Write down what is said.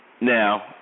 Now